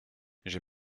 j’ai